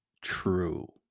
true